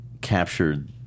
captured